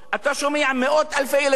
אתה שומע מאות-אלפי ילדים,